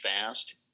fast